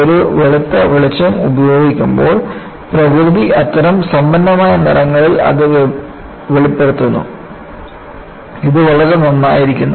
ഒരു വെളുത്ത വെളിച്ചം ഉപയോഗിക്കുമ്പോൾ പ്രകൃതി അത്തരം സമ്പന്നമായ നിറങ്ങളിൽ അത് വെളിപ്പെടുത്തുന്നു ഇതു വളരെ നന്നായിരിക്കുന്നു